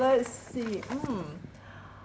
let's see mm